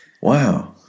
wow